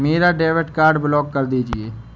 मेरा debit card block कर दीजिए